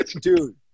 dude